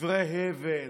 דברי הבל